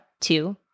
two